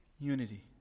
unity